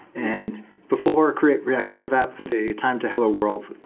and before create react native app, the time to hello world,